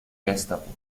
gestapo